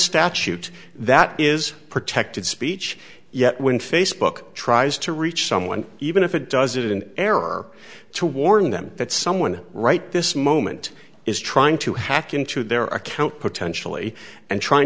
statute that is protected speech yet when facebook tries to reach someone even if it does it in error to warn them that someone right this moment is trying to hack into their account potentially and trying